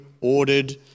ordered